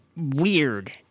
weird